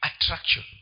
attraction